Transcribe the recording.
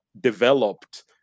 developed